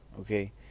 okay